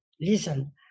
listen